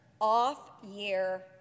off-year